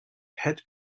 head